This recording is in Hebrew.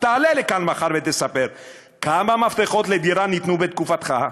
עלה לכאן מחר ותספר כמה מפתחות לדירה נתנו בתקופתך.